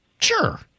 Sure